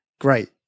great